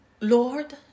Lord